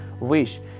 wish